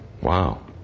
Wow